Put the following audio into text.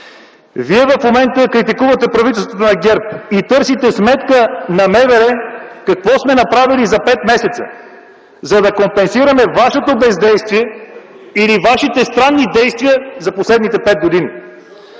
Вие в момента критикувате правителството на ГЕРБ и търсите сметка на МВР какво сме направили за пет месеца, за да компенсираме вашето бездействие или вашите странни действия за последните пет години.